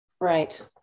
Right